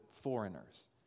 foreigners